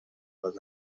بازم